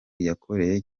yakoreye